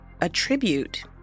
attribute